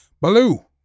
Baloo